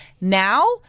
Now